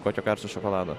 kokio karšto šokolado